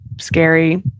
scary